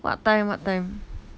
what time what time